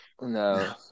No